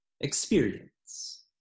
experience